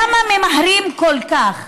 למה ממהרים כל כך?